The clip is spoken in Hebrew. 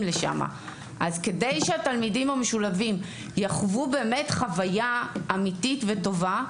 לשם אז כדי שהתלמידים המשולבים יחוו באמת חוויה אמיתית וטובה,